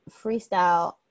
freestyle